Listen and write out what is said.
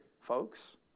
folks